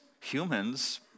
humans